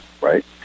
right